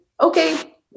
okay